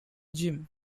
jim